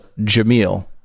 Jamil